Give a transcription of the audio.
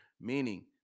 meaning